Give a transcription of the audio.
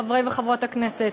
חברי וחברות הכנסת,